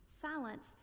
Silence